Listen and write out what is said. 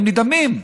הם נדהמים.